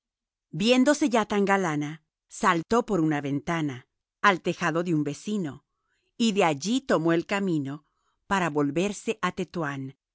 viéndose ya tan galana saltó por una ventana al tejado de un vecino y de allí tomó el camino para volverse a tetuán